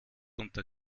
unter